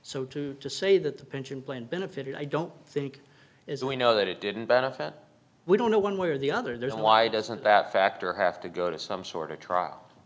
so to say that the pension plan benefited i don't think as we know that it didn't benefit we don't know one way or the other there why doesn't that factor have to go to some sort of trial